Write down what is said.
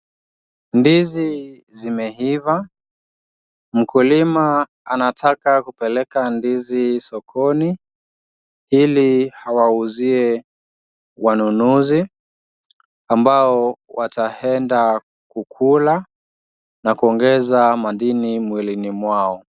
Ndizi zimeiva. Mkulima anataka kupeleka ndizi sokoni ili awauzie wanunuzi, ambao wataenda kukula na kuongeza madini mwilini mwao.